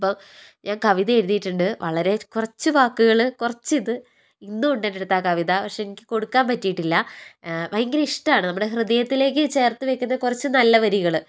ഇപ്പം ഞാന് കവിത എഴുതിയിട്ടുണ്ട് വളരെ കുറച്ച് വാക്കുകള് കൊറച്ച് ഇത് ഇന്നുമുണ്ട് എന്റെടുത്ത് ആ കവിത പക്ഷേ എനിക്ക് കൊടുക്കാന് പറ്റിയിട്ടില്ല ഭയങ്കര ഇഷ്ടമാണ് നമ്മുടെ ഹൃദയത്തിലേക്ക് ചേര്ത്ത് വയ്ക്കുന്ന കുറച്ച് നല്ല വരികള്